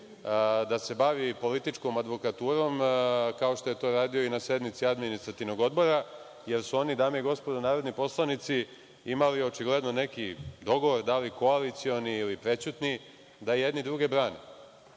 da se bavi političkom advokaturom, kao što je to radio i na sednici Administrativnog odbora, jer su oni, dame i gospodo narodni poslanici, imali očigledno neki dogovor, da li koalicioni ili prećutni, da jedni druge brane. Bio